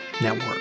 Network